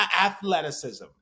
Athleticism